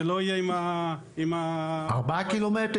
זה לא יהיה עם ה --- ארבעה ק"מ,